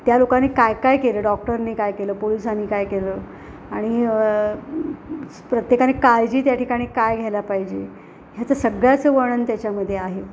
त्या लोकांनी काय काय केलं डॉक्टरने काय केलं पोलिसांनी काय केलं आणि प्रत्येकाने काळजी त्या ठिकाणी काय घ्यायला पाहिजे ह्याचं सगळ्याचं वर्णन त्याच्यामध्ये आहे